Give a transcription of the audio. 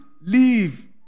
leave